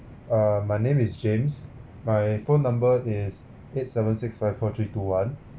err my name is james my phone number is eight seven six five four three two one